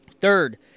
Third